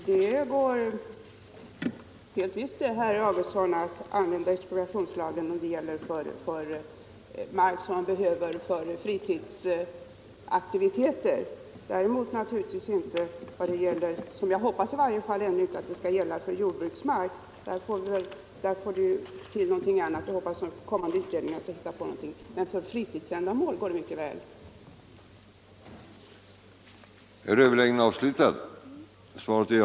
Herr talman! Det går helt visst, herr Augustsson, att använda expropriationslagen beträffande mark som man behöver för fritidsaktiviteter. Däremot skall den inte — det hoppas jag i varje fall — gälla för jordbruksmark. På det området måste vi klara prisfrågan på annat sätt, och jag hoppas att kommande utredningar skall finna lösningar. Men beträffande mark för fritidsändamål går det mycket väl att använda expropriationslagen. den det ej vill röstar nej. den det ej vill röstar nej. den det ej vill röstar nej. den det ej vill röstar nej.